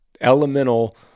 elemental